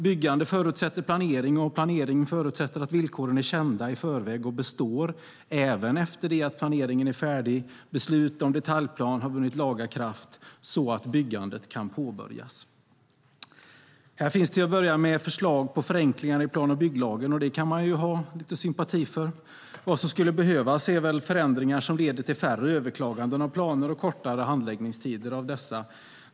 Byggande förutsätter planering och planering förutsätter att villkoren är kända i förväg och består även efter att planeringen är färdig och beslut om detaljplan har vunnit laga kraft så att byggandet kan påbörjas. Här finns till att börja med förslag på förenklingar i plan och bygglagen, och det kan man ju ha sympati för. Vad som skulle behövas är förändringar som leder till färre överklaganden av planer och kortare handläggningstider av dessa.